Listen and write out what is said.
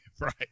Right